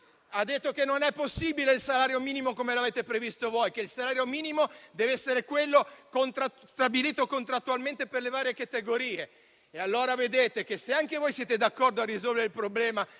ha detto che non è possibile il salario minimo come l'avete previsto voi, che il salario minimo deve essere quello stabilito contrattualmente per le varie categorie. Allora vedete che, se anche voi siete d'accordo a risolvere il problema,